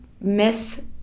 Miss